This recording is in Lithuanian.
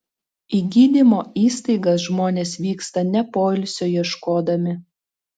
į gydymo įstaigas žmonės vyksta ne poilsio ieškodami